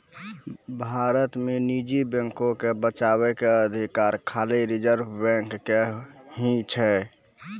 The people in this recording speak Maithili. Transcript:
भारत मे निजी बैको के बचाबै के अधिकार खाली रिजर्व बैंक के ही छै